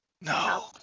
No